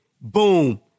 Boom